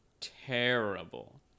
terrible